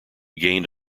gained